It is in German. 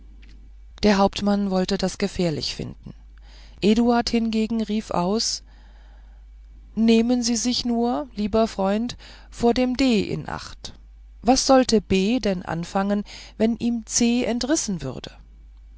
der hauptmann wollte das gefährlich finden eduard hingegen rief aus nehmen sie sich nur lieber freund vor dem d in acht was sollte b denn anfangen wenn ihm c entrissen würde